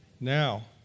Now